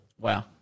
Wow